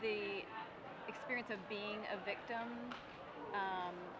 the experience of being a victim